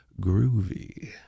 groovy